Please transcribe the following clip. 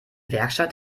werkstatt